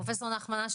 פרופ' נחמן אש,